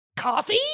coffee